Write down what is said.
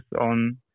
on